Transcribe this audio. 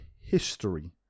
history